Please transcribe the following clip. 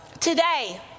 today